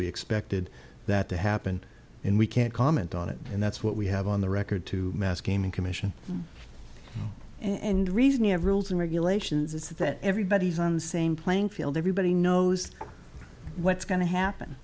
we expected that to happen and we can't comment on it and that's what we have on the record to mass gaming commission and reason we have rules and regulations is that everybody's on the same playing field everybody knows what's going to happen